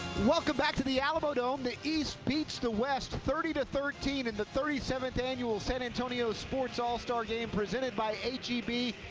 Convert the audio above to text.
welcome back to the alamodome, the east beats the west thirty thirteen in the thirty seventh annual san antonio sports all-star game presented by h e b.